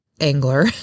angler